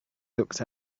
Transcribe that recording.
looked